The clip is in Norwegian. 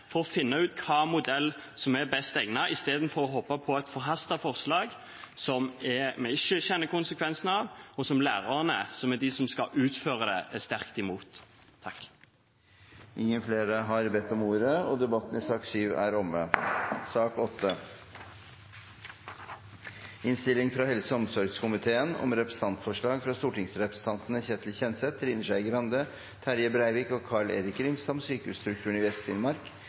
for å finne ut hvilken modell som er best egnet, istedenfor å hoppe på et forhastet forslag som vi ikke kjenner konsekvensene av, og som lærerne, som er de som skal utføre det, er sterkt imot. Flere har ikke bedt om ordet til sak nr. 7. Etter ønske fra helse- og omsorgskomiteen vil presidenten foreslå at taletiden blir begrenset til 5 minutter til hver partigruppe og